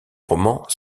romans